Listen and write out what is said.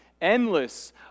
endless